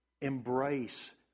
embrace